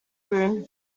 room